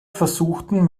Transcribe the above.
versuchten